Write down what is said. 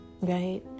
Right